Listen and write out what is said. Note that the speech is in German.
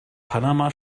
panama